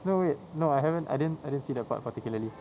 no wait no I haven't I didn't I didn't see that part particularly